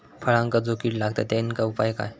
फळांका जो किडे लागतत तेनका उपाय काय?